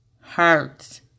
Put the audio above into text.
hurts